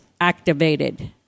Activated